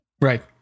Right